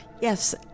yes